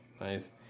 nice